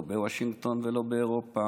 לא בוושינגטון ולא באירופה.